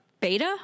Beta